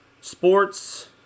sports